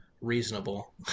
reasonable